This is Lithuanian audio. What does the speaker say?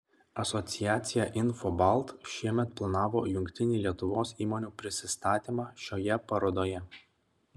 asociacija infobalt šiemet planavo jungtinį lietuvos įmonių prisistatymą šioje parodoje